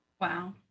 Wow